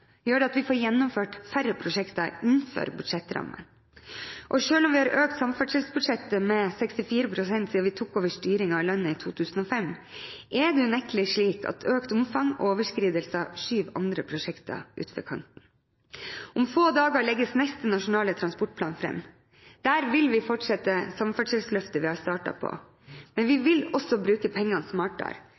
gjør det at vi får gjennomført færre prosjekter innenfor budsjettrammene. Selv om vi har økt samferdselsbudsjettet med 64 pst. siden vi tok over styringen av landet i 2005, er det unektelig slik at økt omfang og overskridelser skyver andre prosjekter utfor kanten. Om få dager legges neste Nasjonal transportplan fram. Der vil vi fortsette samferdselsløftet vi har startet på. Men vi vil også bruke pengene smartere.